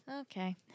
Okay